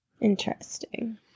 Interesting